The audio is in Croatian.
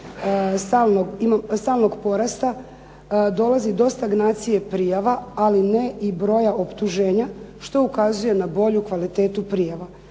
stalnog porasta, dolazi do stagnacije prijava, ali ne i broja optuženja, što ukazuje na bolju kvalitetu prijava.